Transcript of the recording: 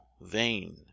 vain